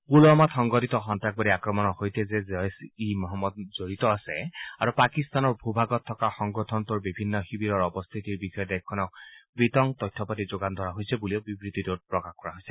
পূলৱামাত সংঘটিত সন্তাসবাদী আক্ৰমণৰ সৈতে যে জেইচ ই মহম্মদ জড়িত আছে আৰু পাকিস্তানৰ ভূ ভাগত থকা সংগঠনটোৰ বিভিন্ন শিবিৰৰ অৱস্থিতিৰ বিষয়ে দেশখনক বিতং তথ্য পাতি যোগান ধৰা হৈছিল বুলি বিবৃতিটোত প্ৰকাশ কৰা হৈছে